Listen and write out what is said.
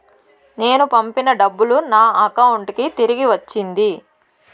నేను పంపిన డబ్బులు నా అకౌంటు కి తిరిగి వచ్చింది